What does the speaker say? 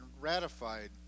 ratified